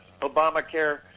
Obamacare